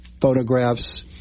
photographs